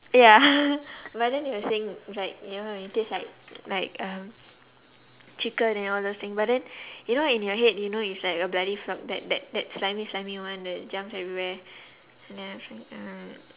ya but then they were saying like you know you taste like like uh chicken and all those thing but then you know in your head you know it's like a bloody frog that that that slimy slimy [one] that jumps everywhere ya